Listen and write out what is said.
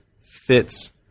fits